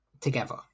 together